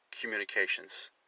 communications